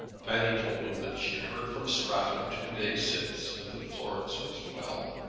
fanny told him that she had heard from stratton two days since, and that florence was well.